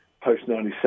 Post-97